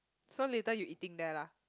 so later you eating there lah